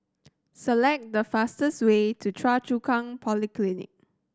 select the fastest way to Choa Chu Kang Polyclinic